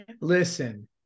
Listen